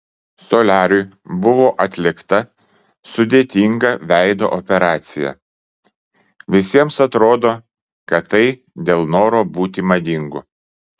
soliariui buvo atlikta sudėtinga veido operacija visiems atrodo kad tai dėl noro būti madingu